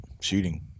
shooting